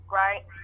right